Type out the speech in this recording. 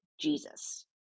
Jesus